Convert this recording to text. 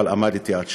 אבל עמדתי על שלי.